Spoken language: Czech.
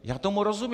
Já tomu rozumím.